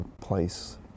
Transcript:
place